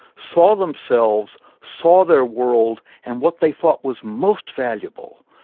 saw themselves, saw their world, and what they thought was most valuable,